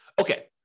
Okay